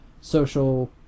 social